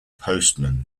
postman